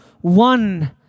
One